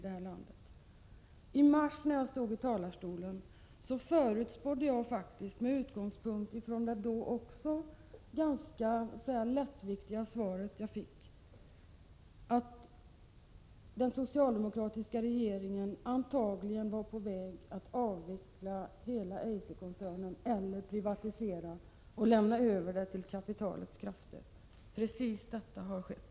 När vi debatterade den här frågan i mars förutspådde jag faktiskt, med utgångspunkt i det också då ganska lättviktiga svar jag hade fått, att den socialdemokratiska regeringen var på väg att avveckla hela Eiserkoncernen eller att privatisera den och lämna över den till kapitalets krafter. Precie detta har skett.